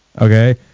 Okay